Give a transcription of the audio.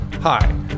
Hi